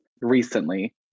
recently